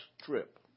trip